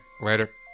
Later